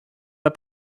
pas